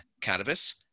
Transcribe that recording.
cannabis